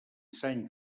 sant